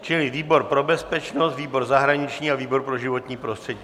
Čili výbor pro bezpečnost, výbor zahraniční a výbor pro životní prostředí.